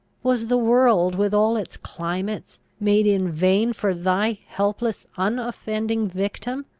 was the world, with all its climates, made in vain for thy helpless unoffending victim?